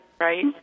Right